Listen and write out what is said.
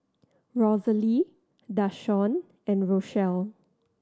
Rosalie Dashawn and Rochelle